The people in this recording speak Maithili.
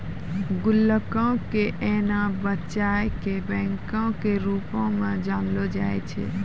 गुल्लको के एना बच्चा के बैंको के रुपो मे जानलो जाय छै